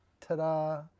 Ta-da